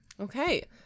okay